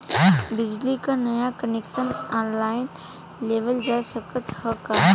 बिजली क नया कनेक्शन ऑनलाइन लेवल जा सकत ह का?